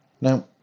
Now